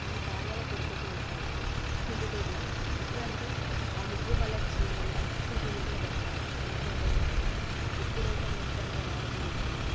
ఇది ధాన్యాల పొడితోటి చేసేవాళ్ళు అదే పిండితోటి చేసేవాళ్ళు ఎట్లా అంటే ఆ ముగ్గు వల్ల చీమలు పక్షులు తిని కూడా బ్రతికేవి అట్లా ఉండేది మా దిక్కు ఇప్పుడు వేసే ముగ్గు అంతా రాళ్ళతో చేసిందే